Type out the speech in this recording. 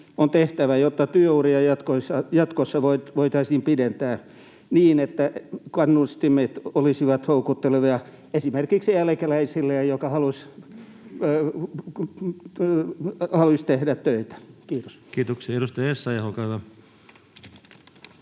on tehtävä, jotta työuria jatkossa voitaisiin pidentää niin, että kannustimet olisivat houkuttelevia esimerkiksi eläkeläiselle, joka haluaisi tehdä töitä? — Kiitos. [Speech 35] Speaker: